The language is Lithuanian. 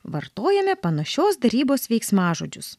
vartojame panašios darybos veiksmažodžius